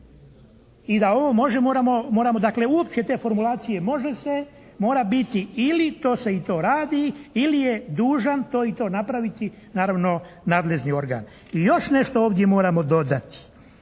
i da ovo može moramo, moramo dakle uopće te formulacije može se, mora biti ili to se i to radi ili je dužan to i to napraviti, naravno nadležni organ. I još nešto ovdje moramo dodati.